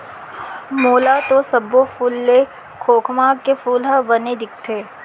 मोला तो सब्बो फूल ले खोखमा के फूल ह बने दिखथे